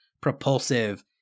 propulsive